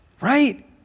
right